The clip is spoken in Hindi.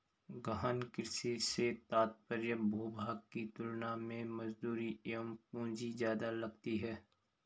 गहन कृषि से तात्पर्य भूभाग की तुलना में मजदूरी एवं पूंजी ज्यादा लगती है